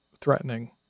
threatening